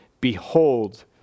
behold